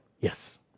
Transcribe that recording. yes